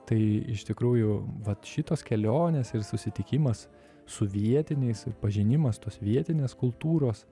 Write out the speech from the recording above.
tai iš tikrųjų vat šitos kelionės ir susitikimas su vietiniais ir pažinimas tos vietinės kultūros